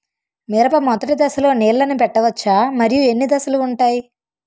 మిరప మొదటి దశలో నీళ్ళని పెట్టవచ్చా? మరియు ఎన్ని దశలు ఉంటాయి?